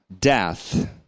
death